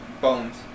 Bones